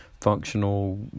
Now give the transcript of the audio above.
functional